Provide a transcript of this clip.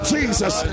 Jesus